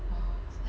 !wah!